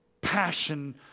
passion